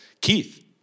Keith